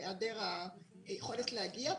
בהיעדר היכולת להגיע,